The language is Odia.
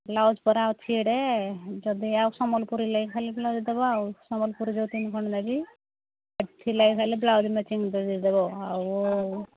ବ୍ଲାଉଜ୍ ପରା ଅଛି ଏଇଡ଼େ ଯଦି ଆଉ ସମ୍ବଲପୁରୀ ଲାଗି ଖାଲି ବ୍ଲାଉଜ୍ ଦେବ ଆଉ ସମ୍ବଲପୁର ଯେଉଁ ତିନି ଖଣ୍ଡ ନେବି ସେ ଲାଗି ଖାଲି ବ୍ଲାଉଜ୍ ମ୍ୟାଚିଙ୍ଗ କରି ଦେଇଦେବ ଆଉ